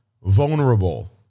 vulnerable